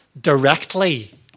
directly